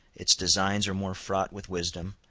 its designs are more fraught with wisdom,